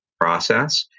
process